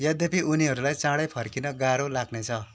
यद्यपि उनीहरूलाई चाँडै फर्किन गाह्रो लाग्नेछ